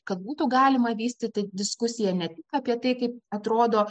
kad būtų galima vystyti diskusiją net tik apie tai kaip atrodo